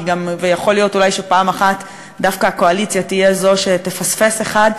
ויכול להיות שאולי פעם אחת דווקא הקואליציה תהיה זו שתפספס אחד,